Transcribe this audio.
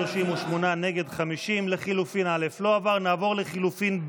הסתייגות 19 לחלופין א' לא נתקבלה.